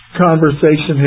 conversation